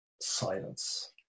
silence